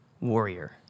warrior